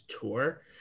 tour